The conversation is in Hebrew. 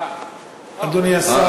אדוני השר,